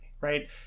right